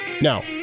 No